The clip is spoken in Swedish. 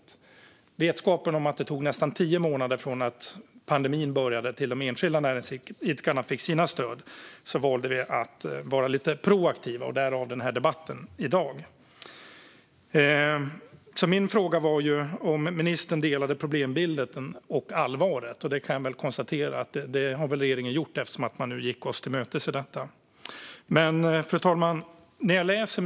I vetskapen om att det tog nästan tio månader från att pandemin började tills de enskilda näringsidkarna fick sina stöd valde vi att vara lite proaktiva. Därav denna debatt i dag. Min fråga var om ministern delar problembilden och allvaret. Jag kan konstatera att regeringen har gjort det, eftersom man gick oss till mötes i detta. Fru talman!